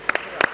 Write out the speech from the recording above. Hvala